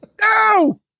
No